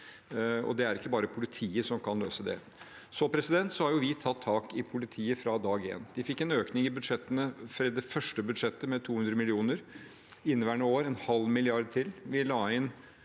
Det er ikke bare politiet som kan løse det. Vi har tatt tak i politiet fra dag én. De fikk en økning i det første budsjettet med 200 mill. kr, i inneværende år en halv milliard til.